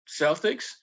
Celtics